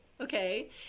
okay